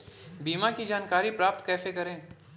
बीमा की जानकारी प्राप्त कैसे करें?